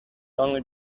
only